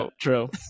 True